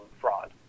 fraud